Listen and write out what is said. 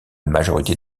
majorité